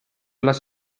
las